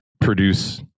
produce